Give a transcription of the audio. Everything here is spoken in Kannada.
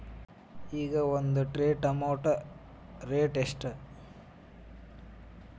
ಈಗ ಒಂದ್ ಟ್ರೇ ಟೊಮ್ಯಾಟೋ ರೇಟ್ ಎಷ್ಟ?